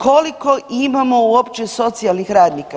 Koliko imamo uopće socijalnih radnika?